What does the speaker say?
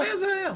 מתי זה היה?